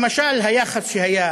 למשל, היחס שהיה